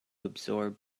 absorb